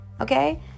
okay